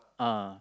uh